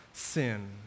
sin